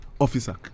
officer